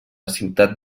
ciutat